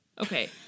Okay